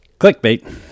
Clickbait